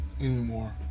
anymore